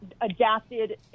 adapted